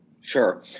Sure